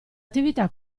attività